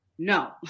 No